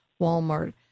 Walmart